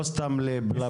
לא סתם לבלה בלה.